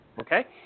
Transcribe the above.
Okay